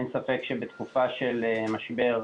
אין ספק שבתקופה של משבר,